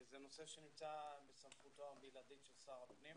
זה נושא שנמצא בסמכותו הבלעדית של שר הפנים,